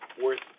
worth